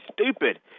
stupid